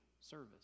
service